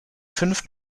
fünf